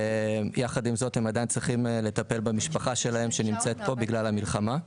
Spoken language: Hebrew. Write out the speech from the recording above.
יחד עם זאת הם עדיין צריכים לטפל במשפחה שלהם שנמצאת פה בגלל המלחמה.